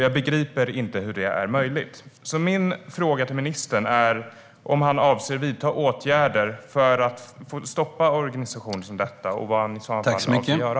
Jag begriper inte hur det är möjligt, så min fråga till ministern är om han avser att vidta åtgärder för att stoppa organisationer som denna och vad han i så fall avser att göra.